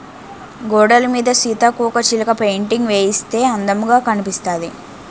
గోడలమీద సీతాకోకచిలక పెయింటింగ్స్ వేయిస్తే అందముగా కనిపిస్తాది